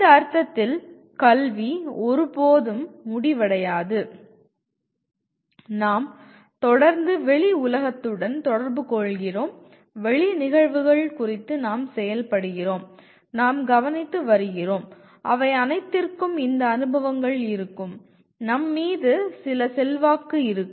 இந்த அர்த்தத்தில் கல்வி ஒருபோதும் முடிவடையாது நாம் தொடர்ந்து வெளி உலகத்துடன் தொடர்பு கொள்கிறோம் வெளியில் நிகழ்வுகள் குறித்து நாம் செயல்படுகிறோம் நாம் கவனித்து வருகிறோம் அவை அனைத்திற்கும் இந்த அனுபவங்கள் இருக்கும் நம்மீது சில செல்வாக்கு இருக்கும்